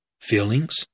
Feelings